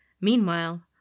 Meanwhile